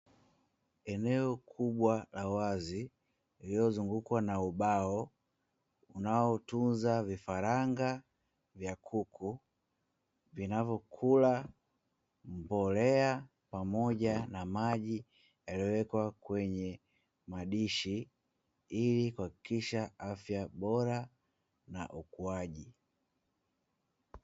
Eneo kubwa la wazi, iliyozungukwa na ubao unaotunza vifaranga vya kuku vinavyokula mbolea pamoja na maji; yaliyowekwa kwenye madishi ili kuhakikisha afya bora na ukuaji.